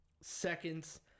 seconds